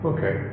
Okay